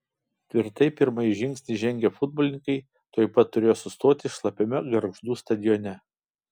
tvirtai pirmąjį žingsnį žengę futbolininkai tuoj pat turėjo sustoti šlapiame gargždų stadione